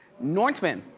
nortman?